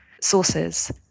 sources